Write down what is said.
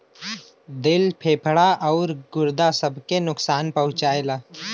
दिल फेफड़ा आउर गुर्दा सब के नुकसान पहुंचाएला